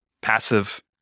passive